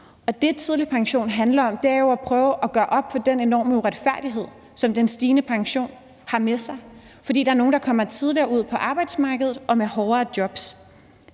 det, tidlig pension handler om, er jo at prøve at gøre op med den enorme uretfærdighed, som den stigende pension fører med sig, fordi der er nogle, der kommer tidligere ud på arbejdsmarkedet og har hårdere jobs.